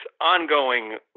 ongoing